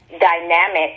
dynamic